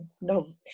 no